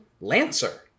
Lancer